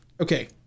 Okay